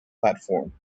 platform